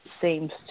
Seems